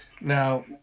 Now